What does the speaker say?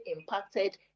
impacted